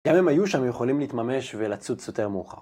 גם אם היו שם, הם יכולים להתממש ולצוץ יותר מאוחר.